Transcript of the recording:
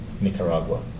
Nicaragua